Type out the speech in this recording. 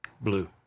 Blue